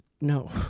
No